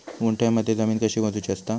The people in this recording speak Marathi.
गुंठयामध्ये जमीन कशी मोजूची असता?